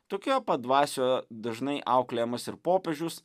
tokioje pat dvasioje dažnai auklėjamas ir popiežius